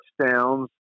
touchdowns